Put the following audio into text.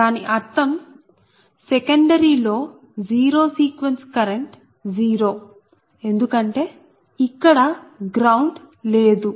దాని అర్థంసెకండరీ లో జీరో సీక్వెన్స్ కరెంట్ 0 ఎందుకంటే ఇక్కడ గ్రౌండ్ లేదు